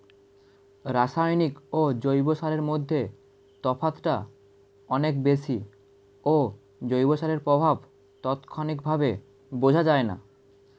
রাসায়নিক ও জৈব সারের মধ্যে তফাৎটা অনেক বেশি ও জৈব সারের প্রভাব তাৎক্ষণিকভাবে বোঝা যায়না